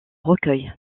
recueil